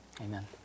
Amen